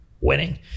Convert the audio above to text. winning